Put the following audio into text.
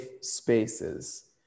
spaces